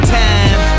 time